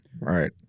Right